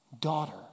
Daughter